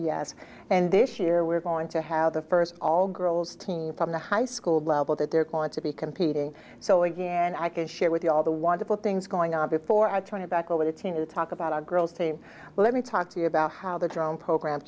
yes and this year we're going to have the first all girls team from the high school level that they're going to be competing so again and i can share with you all the wonderful things going on before i turn it back over to tina to talk about our girls team let me talk to you about how the drone program